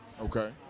Okay